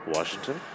Washington